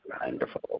Wonderful